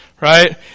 right